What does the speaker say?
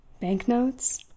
banknotes